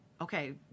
Okay